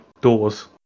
doors